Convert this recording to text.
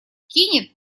кинет